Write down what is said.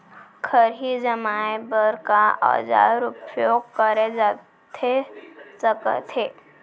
खरही जमाए बर का औजार उपयोग करे जाथे सकत हे?